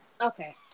Okay